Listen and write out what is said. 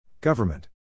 Government